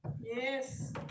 yes